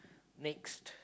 next